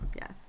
Yes